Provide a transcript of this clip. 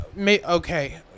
okay